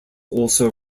also